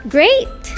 Great